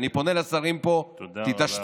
תודה רבה.